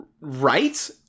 right